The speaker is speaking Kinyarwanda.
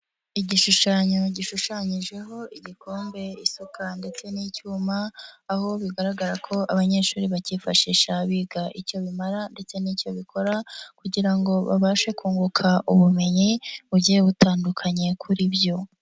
Igishushanyo gishushanyijeho igikombe, isuka ndetse n'icyuma, aho bigaragara ko abanyeshuri bakifashisha biga icyo bimara ndetse n'icyo bikora kugira ngo babashe kunguka ubumenyi bugiye butandukanye kuri byo.